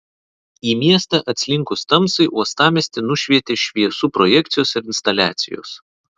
į miestą atslinkus tamsai uostamiestį nušvietė šviesų projekcijos ir instaliacijos